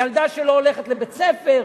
ילדה שלא הולכת לבית-הספר,